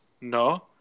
no